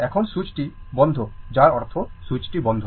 এখন সুইচটি বন্ধ যার অর্থ সুইচটি বন্ধ